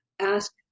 ask